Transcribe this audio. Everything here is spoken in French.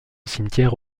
cimetière